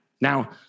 Now